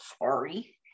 Sorry